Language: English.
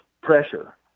pressure